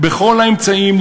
בכל האמצעים,